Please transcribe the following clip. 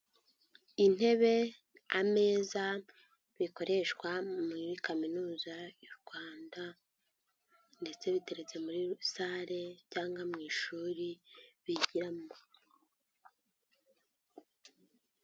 Intebe, ameza bikoreshwa muri kaminuza y'u Rwanda ndetse biteretse muri sale cyangwa mu ishuri bigiramo.